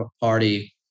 party